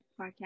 podcast